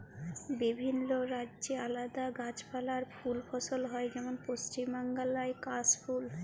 বিভিল্য রাজ্যে আলাদা গাছপালা আর ফুল ফসল হ্যয় যেমল পশ্চিম বাংলায় কাশ ফুল